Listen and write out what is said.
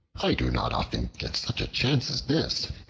i do not often get such a chance as this.